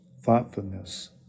thoughtfulness